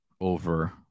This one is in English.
over